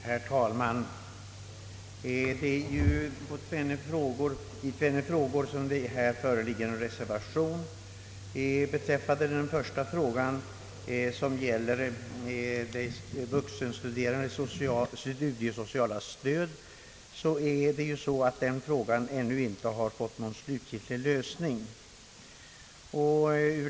Herr talman! Det föreligger här reservation i tvenne frågor. Den första frågan, som gäller vuxenstuderandes studiesociala stöd, har ännu inte fått någon slutgiltig lösning.